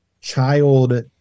child